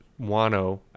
wano